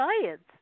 science